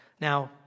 Now